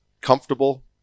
comfortable